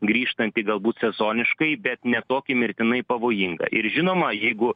grįžtantį galbūt sezoniškai bet ne tokį mirtinai pavojingą ir žinoma jeigu